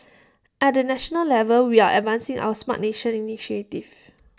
at the national level we are advancing our Smart Nation initiative